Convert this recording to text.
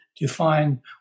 define